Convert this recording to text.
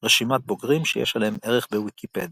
רשימת בוגרים שיש עליהם ערך בוויקיפדיה